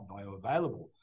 bioavailable